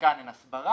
חלקן הן הסברה,